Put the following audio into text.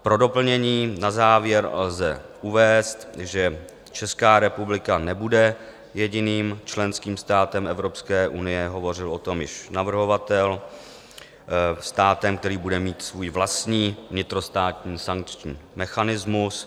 Pro doplnění na závěr lze uvést, že Česká republika nebude jediným členským státem Evropské unie hovořil o tom již navrhovatel který bude mít svůj vlastní vnitrostátní sankční mechanismus.